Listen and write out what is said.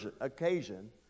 occasion